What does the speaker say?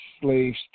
slaves